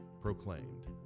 proclaimed